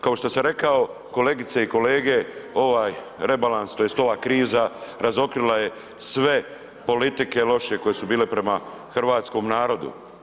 Kao što sam rekao, kolegice i kolege, ovaj rebalans, tj. ova kriza razotkrila je sve politike loše koje su bile prema hrvatskom narodu.